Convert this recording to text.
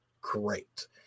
great